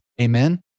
amen